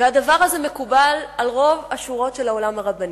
הדבר הזה מקובל על רוב השורות של העולם הרבני.